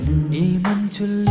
need um to